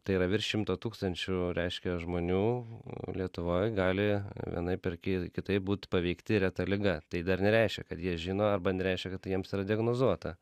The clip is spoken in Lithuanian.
tai yra virš šimto tūkstančių reiškia žmonių lietuvoj gali vienaip ar ki kitaip būt paveikti reta liga tai dar nereiškia kad jie žino arba nereiškia kad tai jiems yra diagnozuota